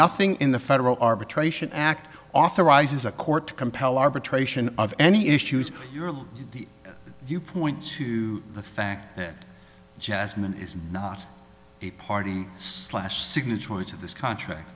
nothing in the federal arbitration act authorizes a court to compel arbitration of any issues you point to the fact that jasmine is not a party slash signatory to this contract